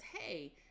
Hey